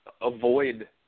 avoid